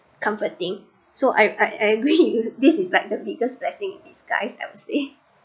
comfort thing so I I I agree with you this is like the biggest blessing in disguise I'd say